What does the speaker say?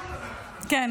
הינה, שוב פעם --- כן.